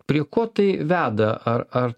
prie ko tai veda ar ar